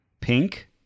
Pink